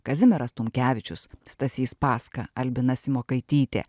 kazimieras tumkevičius stasys paska albina simokaitytė